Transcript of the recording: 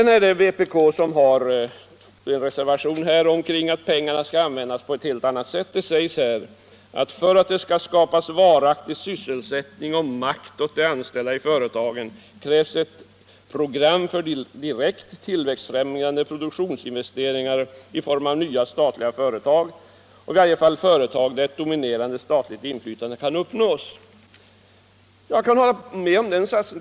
Nr 99 Vpk kräver i sin reservation att pengarna skall användas på ett helt Lördagen den annat sätt. Man säger: ”För att det skall skapas varaktig sysselsättning 31 maj 1975 och makt åt de anställda i företagen krävs ett program för direkt tillväxtfrämjande produktionsinvesteringar i form av nya statliga företag — Allmänna peneller i varje fall företag där ett dominerande statligt inflytande kan upp = sionsfondens fjärde nås.” fondstyrelses Jag kan hålla med om den satsen.